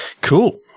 Cool